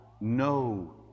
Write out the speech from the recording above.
no